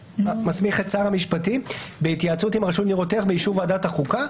מסמיך את שר המשפטים בהתייעצות עם רשות ניירות ערך באישור ועדת החוקה,